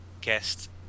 guest